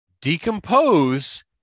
Decompose